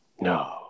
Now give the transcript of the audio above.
No